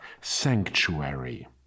Sanctuary